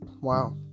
wow